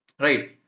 right